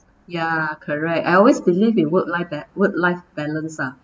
ya correct I always believe in work life ba~ work life balance lah